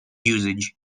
usage